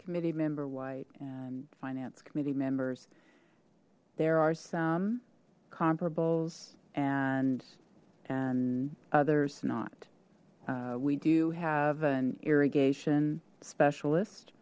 committee member white and finance committee members there are some comparables and and others not we do have an irrigation specialist